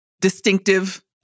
distinctive